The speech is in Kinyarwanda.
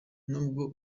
nubwo